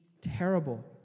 terrible